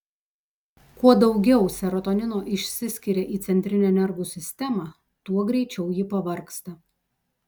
kuo daugiau serotonino išsiskiria į centrinę nervų sistemą tuo greičiau ji pavargsta